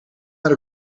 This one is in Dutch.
naar